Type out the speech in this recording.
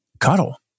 cuddle